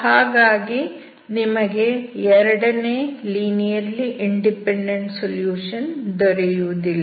ಹಾಗಾಗಿ ನಿಮಗೆ ಎರಡನೇ ಲೀನಿಯರ್ಲಿ ಇಂಡಿಪೆಂಡೆಂಟ್ ಸೊಲ್ಯೂಷನ್ ದೊರೆಯುವುದಿಲ್ಲ